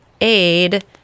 aid